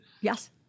Yes